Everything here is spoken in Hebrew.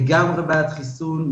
לגמרי בעד חיסון.